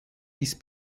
ist